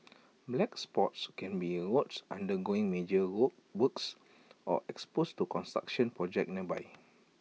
black spots can be roads undergoing major goal works or exposed to construction projects nearby